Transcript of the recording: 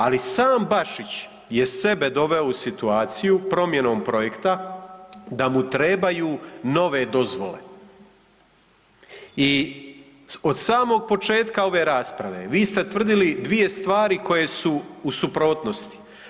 Ali sam Bašić je sebe doveo u situaciju promjenom projekta da mu trebaju nove dozvole i od samog početka ove rasprave vi ste tvrdili dvije stvari koje su u suprotnosti.